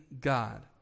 God